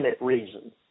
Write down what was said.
reason